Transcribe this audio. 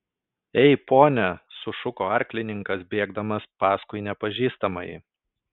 ei pone sušuko arklininkas bėgdamas paskui nepažįstamąjį